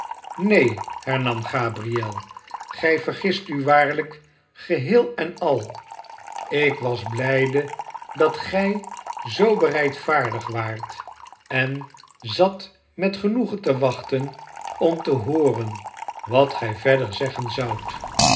neen hernam gabriel gij vergist u waarlijk geheel en al ik was blijde dat gij zoo bereidvaardig waart en zat met genoegen te wachten om te hooren wat gij verder zeggen zoudt